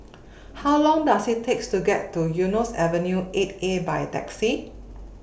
How Long Does IT takes to get to Eunos Avenue eight A By Taxi